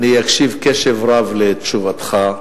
אקשיב קשב רב לתשובתך,